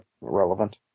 relevant